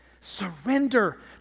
surrender